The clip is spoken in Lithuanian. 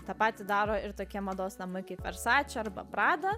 tą patį daro ir tokie mados namai kaip versače arba prada